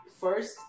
First